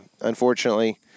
unfortunately